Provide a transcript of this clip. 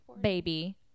baby